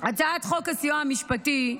הצעת חוק הסיוע המשפטי,